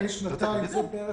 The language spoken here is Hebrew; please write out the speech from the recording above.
הרשימה מלפני שנתיים בתוקף.